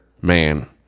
man